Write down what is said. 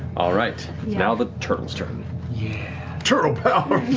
all right. now the turtle's turn turtle power!